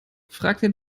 fragte